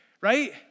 Right